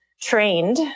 trained